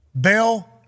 Bill